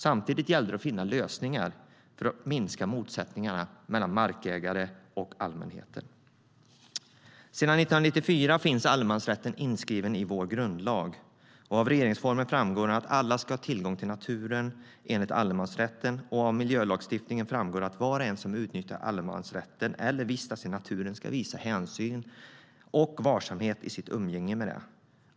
Samtidigt gällde det att finna lösningar för att minska motsättningarna mellan markägare och allmänheten. Sedan 1994 finns allemansrätten inskriven i vår grundlag. Av regeringsformen framgår att alla ska ha tillgång till naturen enligt allemansrätten, och av miljölagstiftningen framgår att var och en som utnyttjar allemansrätten eller vistas i naturen ska visa hänsyn och varsamhet i sitt umgänge med den.